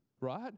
right